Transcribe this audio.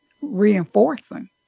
reinforcing